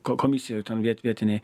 ko komisijoj ten viet vietinėj